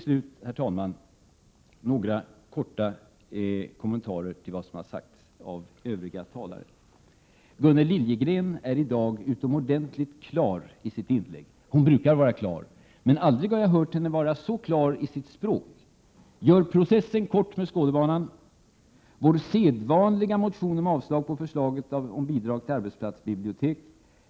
Slutligen, herr talman, några korta kommentarer till vad som har sagts av övriga talare. Gunnel Liljegren är i dag utomordentligt klar i sitt inlägg. Hon brukar vara klar. Men jag har aldrig hört henne vara så klar i sitt språkbruk som när hon säger: Gör processen kort med Skådebanan; vår sedvanliga motion om avslag på förslaget om bidrag till arbetsplatsbibliotek.